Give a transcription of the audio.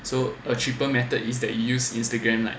so a cheaper method is that use Instagram like